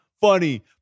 funny